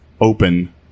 open